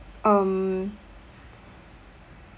um